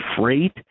freight